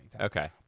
Okay